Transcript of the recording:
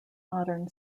modern